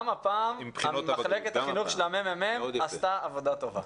גם הפעם מחלקת החינוך של מרכז המידע והמחקר עשתה עבודה טובה.